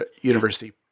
university